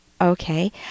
Okay